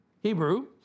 Hebrew